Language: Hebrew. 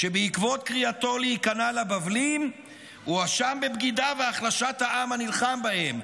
שבעקבות קריאתו להיכנע לבבלים הואשם בבגידה והחלשת העם הנלחם בהם.